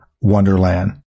Wonderland